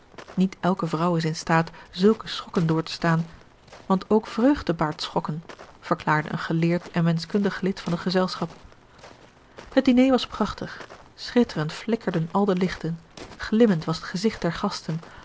niet elke vrouw is in staat zulke schokken doortestaan want ook vreugde baart schokken verklaarde een geleerd en menschkundig lid van het gezelschap het diner was prachtig schitterend flikkerden al de lichten glimmend was het gezigt der gasten